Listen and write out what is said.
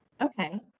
Okay